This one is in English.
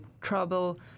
trouble